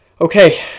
Okay